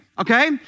Okay